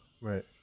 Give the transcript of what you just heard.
Right